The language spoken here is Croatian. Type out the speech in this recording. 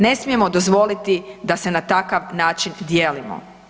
Ne smijemo dozvoliti da se na takav način dijelimo.